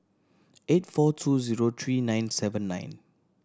eight four two zero three nine seven nine